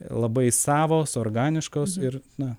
labai savos organiškos ir na